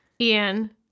Ian